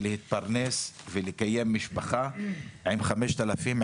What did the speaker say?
להתפרנס ולקיים משפחה עם חמשת אלפים,